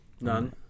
None